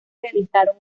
realizaron